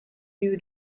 view